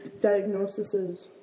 diagnoses